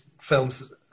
films